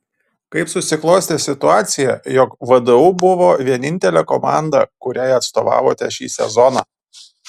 kaip susiklostė situacija jog vdu buvo vienintelė komanda kuriai atstovavote šį sezoną